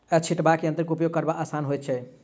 छिटबाक यंत्रक उपयोग करब आसान होइत छै